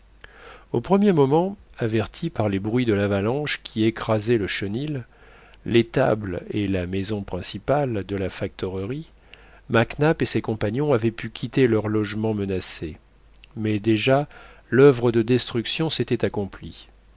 au premier moment avertis par les bruits de l'avalanche qui écrasait le chenil l'étable et la maison principale de la factorerie mac nap et ses compagnons avaient pu quitter leur logement menacé mais déjà l'oeuvre de destruction s'était accomplie